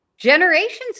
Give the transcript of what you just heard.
generations